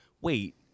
wait